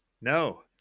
No